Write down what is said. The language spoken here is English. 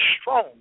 strong